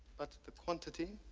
but quantity.